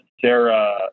Sarah